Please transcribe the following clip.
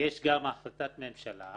יש גם החלטת ממשלה,